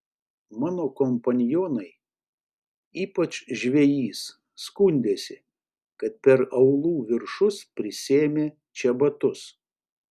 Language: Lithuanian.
mano kompanionai ypač žvejys skundėsi kad per aulų viršus prisėmė čebatus